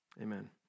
Amen